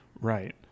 Right